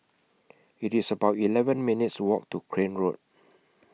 It's about eleven minutes' Walk to Crane Road